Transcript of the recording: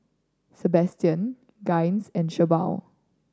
Sabastian Gaines and Shelba